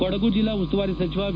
ಕೊಡಗು ಜಿಲ್ಲಾ ಉಸ್ತುವಾರಿ ಸಚಿವ ವಿ